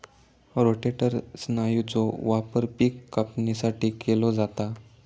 rotator स्नायूचो वापर पिक कापणीसाठी केलो जाता